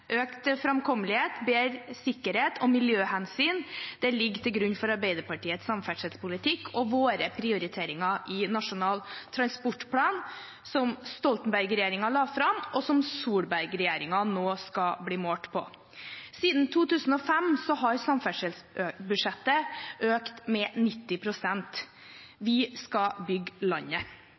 Økt framkommelighet, bedre sikkerhet og miljøhensyn ligger til grunn for Arbeiderpartiets samferdselspolitikk og våre prioriteringer i Nasjonal transportplan, som Stoltenberg-regjeringen la fram, og som Solberg-regjeringen nå skal bli målt på. Siden 2005 har samferdselsbudsjettet økt med 90 pst. Vi skal bygge landet.